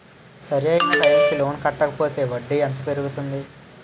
సరి అయినా టైం కి లోన్ కట్టకపోతే వడ్డీ ఎంత పెరుగుతుంది?